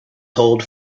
hold